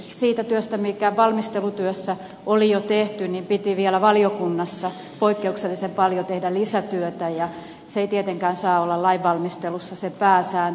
siihen työhön mikä valmistelutyössä oli jo tehty piti vielä valiokunnassa poikkeuksellisen paljon tehdä lisätyötä ja se ei tietenkään saa olla lainvalmistelussa se pääsääntö